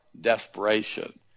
desperation